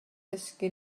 dysgu